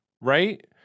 right